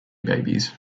babies